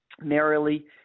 merrily